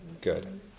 Good